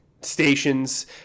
stations